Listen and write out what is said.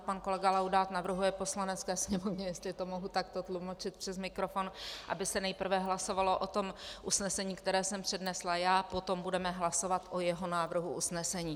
Pan kolega Laudát navrhuje Poslanecké sněmovně, jestli to mohu takto tlumočit přes mikrofon, aby se nejprve hlasovalo o usnesení, které jsem přednesla já, potom budeme hlasovat o jeho návrhu usnesení.